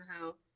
house